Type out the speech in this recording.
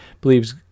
believes